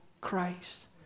Christ